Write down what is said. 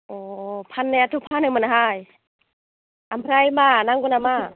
अ फाननायाथ' फानोमोनहाय ओमफ्राय मा नांगौ नामा